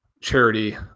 charity